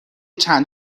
چند